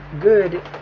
good